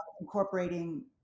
incorporating